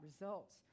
results